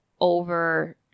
over